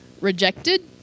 rejected